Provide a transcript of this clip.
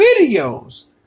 videos